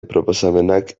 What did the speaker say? proposamenak